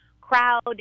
crowd